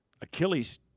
Achilles